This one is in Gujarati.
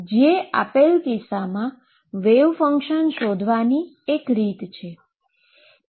જે આપેલ કિસ્સામાં વેવ ફંક્શન શોધવા માટેની એક રીત છે